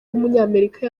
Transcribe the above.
w’umunyamerika